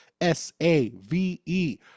s-a-v-e